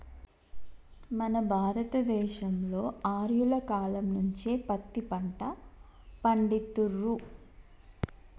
మన భారత దేశంలో ఆర్యుల కాలం నుంచే పత్తి పంట పండిత్తుర్రు